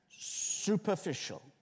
superficial